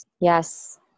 Yes